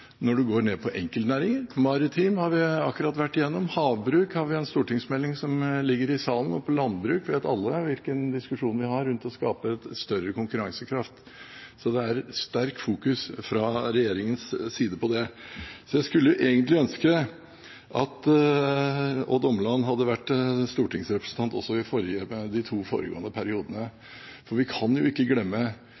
når man går ned til enkeltnæringer: Maritim har vi akkurat vært igjennom, havbruk har vi en stortingsmelding om som ligger i Stortinget, og på landbruk vet alle hvilken diskusjon vi har rundt å skape større konkurransekraft. Så det er et sterkt fokus fra regjeringens side på dette. Så jeg skulle egentlig ønske at Odd Omland hadde vært stortingsrepresentant også i de to foregående periodene, for vi kan ikke glemme